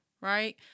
right